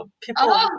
people